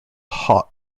hot